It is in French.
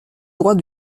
droit